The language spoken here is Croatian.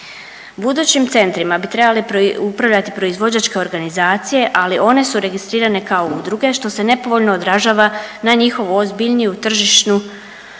Budućim centrima bi trebale upravljati proizvođačke organizacije, ali one su registrirane kao udruge što se nepovoljno odražava na njihovu ozbiljniju tržišnu, zapravo